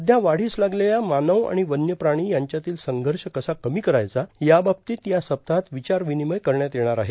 सध्या वादीस लागलेल्या मानव आणि वन्य प्राणी यांच्यातील संघर्ष कसा कमी करायचा याबाबतीत या सप्ताहात विचार विनिमय करण्यात येणार आहे